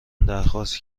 درخواست